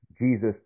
Jesus